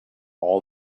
all